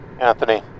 Anthony